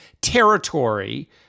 territory